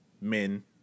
men